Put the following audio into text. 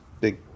big